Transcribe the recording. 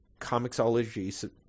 comicsology